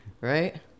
Right